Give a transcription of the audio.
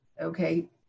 okay